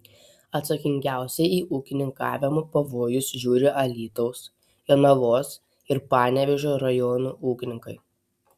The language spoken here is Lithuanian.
atsakingiausiai į ūkininkavimo pavojus žiūri alytaus jonavos ir panevėžio rajonų ūkininkai